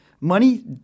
money